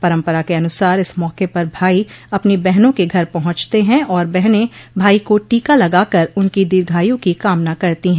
परम्परा के अनुसार इस मौक पर भाई अपनी बहनों के घर पहुंचते हैं और बहने भाई को टीका लगाकर उनकी दीघायु की कामना करती हैं